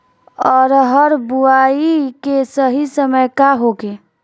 अरहर बुआई के सही समय का होखे?